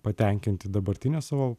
patenkinti dabartine savo